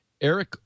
Eric